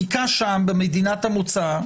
בדיקה במדינת המוצא,